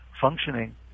functioning